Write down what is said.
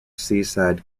seaside